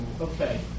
Okay